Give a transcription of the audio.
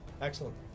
Excellent